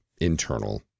internal